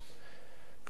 כבוד היושב-ראש,